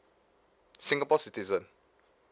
singapore citizen